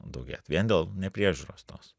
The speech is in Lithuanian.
daugėt vien dėl nepriežiūros tos